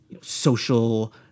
social